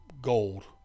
Gold